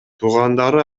туугандары